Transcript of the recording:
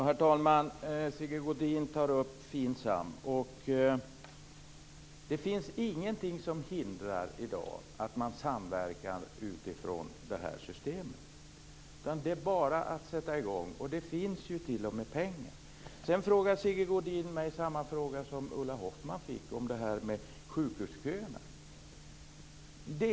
Herr talman! Sigge Godin tar upp FINSAM. I dag finns det ingenting som hindrar en samverkan utifrån det systemet, utan det är bara att sätta i gång. Det finns t.o.m. pengar. Sigge Godin ställer samma fråga som den som Ulla Hoffmann fick om sjukhusköerna.